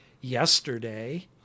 yesterday